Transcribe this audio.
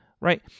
right